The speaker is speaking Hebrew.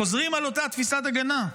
חוזרים על אותה תפיסת הגנה.